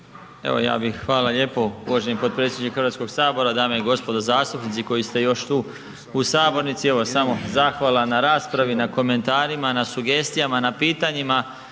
Evo ja bih, hvala lijepo uvaženi potpredsjedniče HS, dame i gospodo zastupnici koji ste još tu u sabornici, evo samo zahvala na raspravi, na komentarima, na sugestijama, na pitanjima,